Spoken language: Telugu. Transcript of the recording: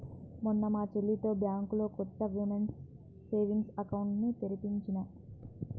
మొన్న మా చెల్లితో బ్యాంకులో కొత్త వుమెన్స్ సేవింగ్స్ అకౌంట్ ని తెరిపించినా